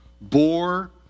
bore